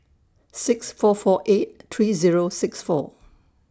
six four four eight three Zero six four